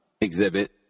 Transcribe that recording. exhibit